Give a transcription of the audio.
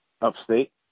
upstate